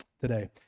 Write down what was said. today